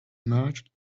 emerged